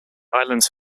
islands